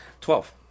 twelve